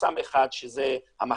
חסם אחד זה המחלף,